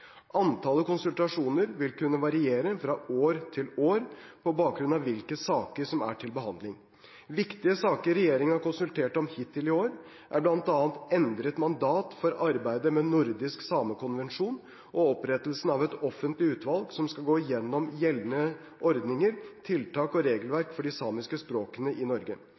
Antallet konsultasjoner vil kunne variere fra år til år på bakgrunn av hvilke saker som er til behandling. Viktige saker regjeringen har konsultert om hittil i år, er bl.a. endret mandat for arbeidet med en nordisk samekonvensjon og opprettelsen av et offentlig utvalg som skal gå gjennom gjeldende ordninger, tiltak og regelverk for de samiske språkene i Norge.